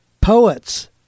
poets